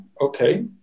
okay